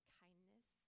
kindness